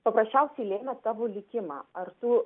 paprasčiausiai lėmė tavo likimą ar tu